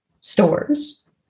stores